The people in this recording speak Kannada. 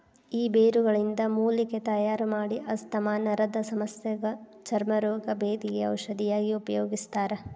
ಈ ಬೇರುಗಳಿಂದ ಮೂಲಿಕೆ ತಯಾರಮಾಡಿ ಆಸ್ತಮಾ ನರದಸಮಸ್ಯಗ ಚರ್ಮ ರೋಗ, ಬೇಧಿಗ ಔಷಧಿಯಾಗಿ ಉಪಯೋಗಿಸ್ತಾರ